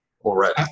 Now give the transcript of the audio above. already